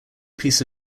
piece